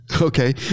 Okay